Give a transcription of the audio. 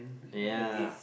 ya